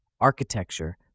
architecture